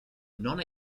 non